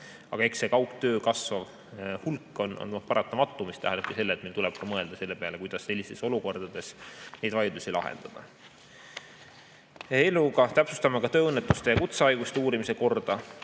Aga eks see kaugtöö kasvav hulk ole paratamatu, mis tähendabki seda, et meil tuleb mõelda selle peale, kuidas sellistes olukordades neid vaidlusi lahendada. Eelnõuga täpsustame ka tööõnnetuste ja kutsehaiguste uurimise korda.